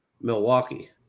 Milwaukee